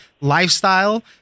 lifestyle